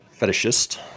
Fetishist